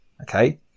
Okay